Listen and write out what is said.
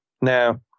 Now